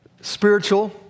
spiritual